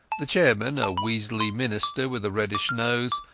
the chairman, a weaselly minister with a reddish nose,